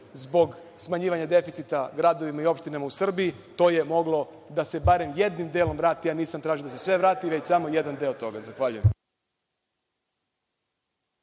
zbog smanjivanja deficita gradovima i opštinama u Srbiji, to je moglo da se barem jednim delom vrati. Ja nisam tražio da se sve vrati, već samo jedan deo toga. Zahvaljujem.